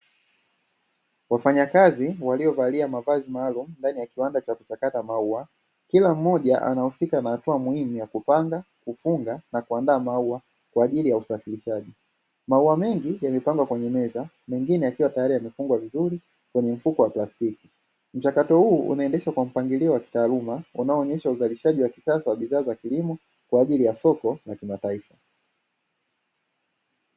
Wafanyakazi waliovalia mavazi maalum ndani ya kiwanda cha kuchakata maua. Kila mmoja anahusika na hatua muhimu ya kupanga, kufunga na kuandaa maua kwa ajili ya usafirishaji. Maua mengi yamepangwa kwenye meza mengine yakiwa tayari yamefungwa vizuri kwenye mfuko wa plastiki. Mchakato huu unaendeshwa kwa mpangilio wa kitaaluma unaoonyesha uzalishaji wa kisasa wa bidhaa za kilimo kwa ajili ya soko la kimataifa.